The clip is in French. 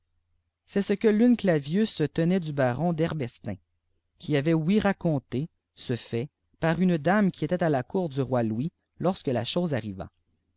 c'est ce que leunclavius tenait du baron d'erbestin qui avait ouï raconter ce fait par une dame qui était à la cour du roi louis lorsque la chose arriva